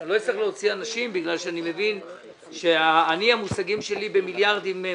שאני לא אצטרך להוציא אנשים כי המושגים שלי במיליארדים הם